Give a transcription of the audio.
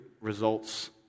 results